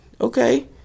okay